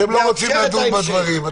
עופר, אתם לא רוצים לדון בדברים.